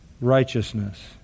righteousness